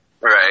Right